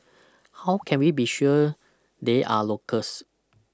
how can we be sure they are locals